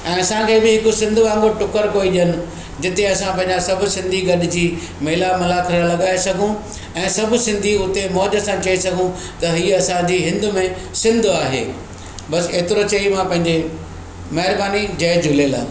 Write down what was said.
ऐं असांखे बि हिकु सिंधु वांगुरु टुकरु कोई ॾियनि जिते असां पैजा सभु सिंधी गॾिजी मेला मला थी लॻाए सघूं ऐं सभु सिंधी उते मौज सां चई सघूं त इहा असांजी हिंद में सिंधु आहे बसि एतिरो चई मां पंहिंजे महिरबानी जय झूलेलाल